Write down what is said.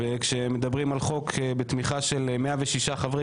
וכשמדברים על חוק בתמיכה של 106 חברי